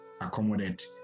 accommodate